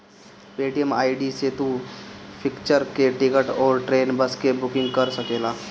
Paytm ID से तू picture के टिकट अउरी ट्रेन, बस के बुकिंग कर सकेला